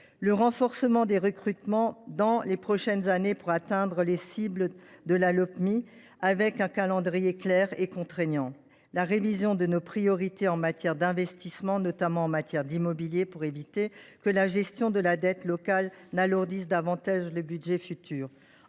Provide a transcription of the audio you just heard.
au renforcement des recrutements dans les prochaines années pour atteindre les cibles de la Lopmi, avec un calendrier clair et contraignant. Nous devrons ensuite nous attacher à la révision de nos priorités d’investissement, notamment en matière d’immobilier, pour éviter que la gestion de la dette locative n’alourdisse davantage les budgets futurs.